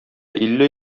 илле